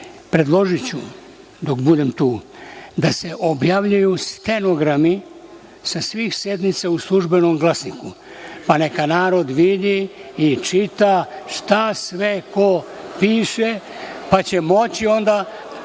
predložiću dok budem tu, da se objavljuju stenogrami sa svih sednica u „Službenom glasniku“, pa neka narod vidi i čita šta sve ko piše, pa će moći onda